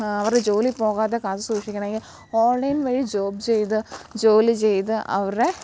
അവരുടെ ജോലി പോകാതെ കാത്ത് സൂക്ഷിക്കണമെങ്കിൽ ഓൺലൈൻ വഴി ജോബ് ചെയ്ത് ജോലി ചെയ്ത് അവരുടെ